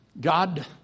God